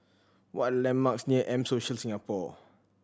what are the landmarks near M Social Singapore